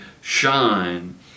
shine